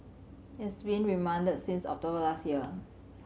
he has been remand since October last year